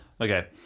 Okay